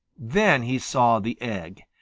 then he saw the egg,